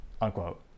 unquote